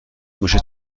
موشه